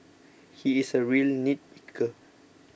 he is a real nitpicker